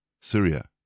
Syria